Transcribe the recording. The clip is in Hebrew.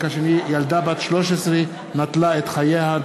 ילדה בת 13 נטלה את חייה,